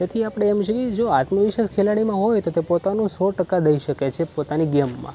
તેથી આપણે એમ જોઇએ જો આત્મવિશ્વાસ ખેલાડીમાં હોય તો તે પોતાનું સો ટકા દઈ શકે છે પોતાની ગેમમાં